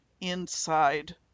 inside